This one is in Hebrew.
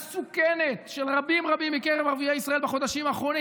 והמסוכנת של רבים רבים מקרב ערביי ישראל בחודשים האחרונים.